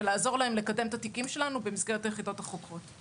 ולעזור להם לקדם את התיקים שלנו במסגרת היחידות החוקרות.